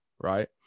right